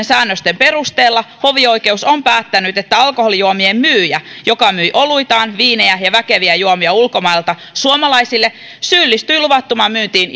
säännösten perusteella hovioikeus on päättänyt että alkoholijuomien myyjä joka myi oluitaan viinejä ja väkeviä juomia ulkomailta suomalaisille syyllistyi luvattomaan myyntiin